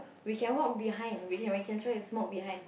we can walk behind we can we can try to smoke behind